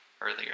earlier